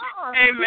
Amen